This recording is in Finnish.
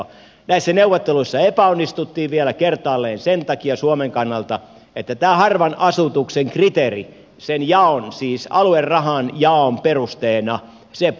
näissä neuvotteluissa epäonnistuttiin vielä kertaalleen sen takia suomen kannalta että tämä harvan asutuksen kriteeri sen aluerahan jaon perusteena puolittui